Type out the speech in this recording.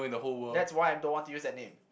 that's why I don't want to use that name